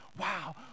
wow